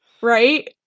right